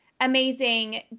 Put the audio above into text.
amazing